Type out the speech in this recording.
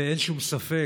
ואין שום ספק,